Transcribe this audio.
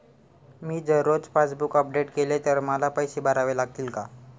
मी जर रोज passbook update केले तर मला पैसे भरावे लागतील का?